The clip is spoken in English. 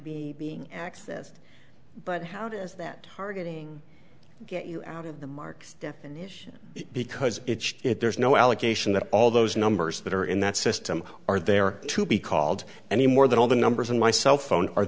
being accessed but how does that targeting get you out of the marks definition because if there's no allegation that all those numbers that are in that system are there to be called any more than all the numbers in my cell phone